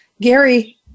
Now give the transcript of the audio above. Gary